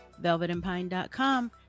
velvetandpine.com